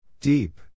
Deep